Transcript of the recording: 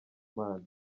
mana